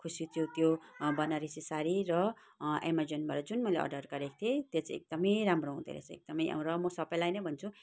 खुसी छु त्यो बनारसी साडी र अमेजोनबाट जुन मैले अर्डर गरेको थिए त्यो चाहिँ एकदमै राम्रो हुँदोरहेछ एकदमै र म सबैलाई नै भन्छु